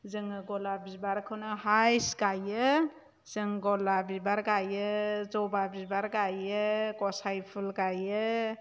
जोङो गलाफ बिबारखौनो हायस्ट गायो जों गलाफ बिबार गायो जबा बिबार गायो गसाइ फुल गायो